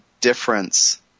difference